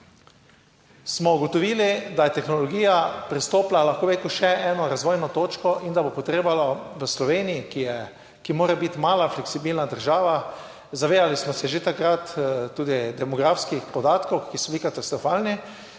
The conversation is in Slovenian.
smo ugotovili, da je tehnologija prestopila, lahko bi rekel, še eno razvojno točko in, da bo potrebno v Sloveniji, ki je, ki mora biti mala fleksibilna država, zavedali smo se že takrat tudi demografskih podatkov, ki so bili katastrofalni,